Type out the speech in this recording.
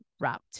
route